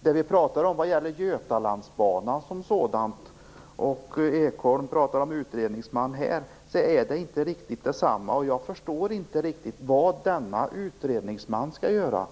Det vi pratar om när det gäller Götalandsbanan och det Berndt Ekholm säger om en utredningsman är inte riktigt samma sak. Jag förstår inte riktigt vad denna utredningsman skall göra.